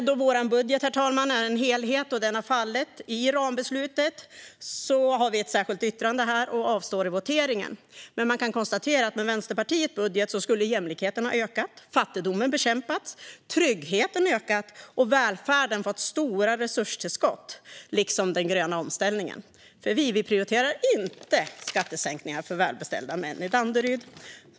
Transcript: Då vår budget är en helhet och då den har fallit i rambeslutet har vi ett särskilt yttrande här och avstår i voteringen. Men man kan konstatera att med Vänsterpartiets budget skulle jämlikheten ha ökat, fattigdomen bekämpats, tryggheten ökat och välfärden liksom den gröna omställningen fått stora resurstillskott, för vi prioriterar inte skattesänkningar för välbeställda män i Danderyd.